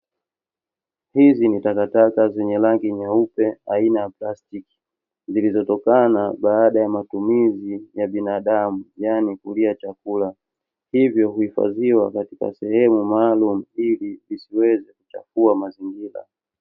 Hizi ni takataka zenye rangi nyeupe aina ya plastiki, zilizotokana baada ya matumizi ya binadamu, yaani kulia chakula. Hivyo huifadhiwa katika sehemu maalamu ili kisiweze kuchafua mazingira.